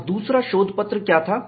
और दूसरा शोधपत्र क्या था